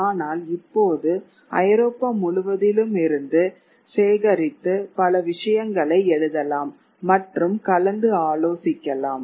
ஆனால் இப்போது ஐரோப்பா முழுவதிலும் இருந்து சேகரித்து பல விஷயங்களை எழுதலாம் மற்றும் கலந்து ஆலோசிக்கலாம்